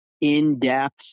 in-depth